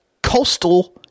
Coastal